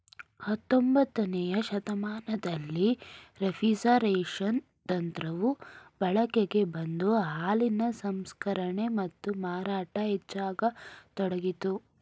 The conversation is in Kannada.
ಹತೊಂಬತ್ತನೇ ಶತಮಾನದಲ್ಲಿ ರೆಫ್ರಿಜರೇಷನ್ ತಂತ್ರವು ಬಳಕೆಗೆ ಬಂದು ಹಾಲಿನ ಸಂಸ್ಕರಣೆ ಮತ್ತು ಮಾರಾಟ ಹೆಚ್ಚಾಗತೊಡಗಿತು